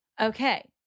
Okay